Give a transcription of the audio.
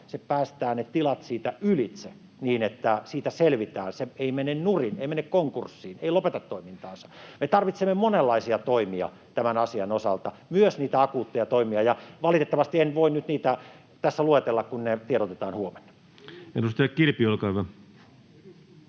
päästää ne tilat siitä ylitse niin, että siitä selvitään, se ei mene nurin, ei mene konkurssiin, ei lopeta toimintaansa. Me tarvitsemme monenlaisia toimia tämän asian osalta, myös niitä akuutteja toimia, ja valitettavasti en voi nyt niitä tässä luetella, kun ne tiedotetaan huomenna. [Toimi Kankaanniemi: